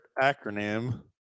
acronym